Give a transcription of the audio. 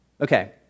Okay